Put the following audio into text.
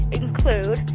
include